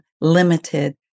limited